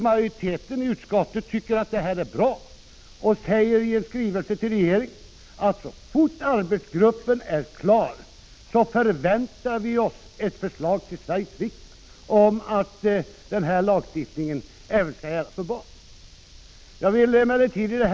Majoriteten i utskottet tycker att det är bra och vill anföra i en skrivelse till regeringen att så fort arbetsgruppen är klar förväntar vi oss ett förslag till Sveriges riksdag om att lagstiftningen även skall gälla för barn. Jag vill emellertid i det.